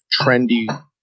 trendy